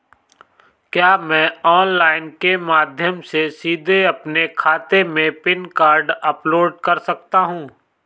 क्या मैं ऑनलाइन के माध्यम से सीधे अपने खाते में पैन कार्ड अपलोड कर सकता हूँ?